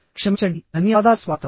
క్షమించండి ధన్యవాదాలు స్వాగతం